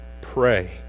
pray